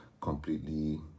completely